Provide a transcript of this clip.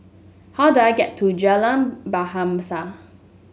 how do I get to Jalan Bahasa